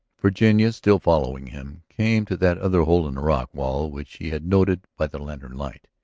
virginia still following him, came to that other hole in the rock wall which she had noted by the lantern light.